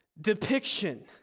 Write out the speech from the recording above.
depiction